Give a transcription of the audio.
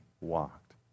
walked